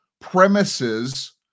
premises